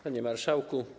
Panie Marszałku!